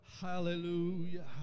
Hallelujah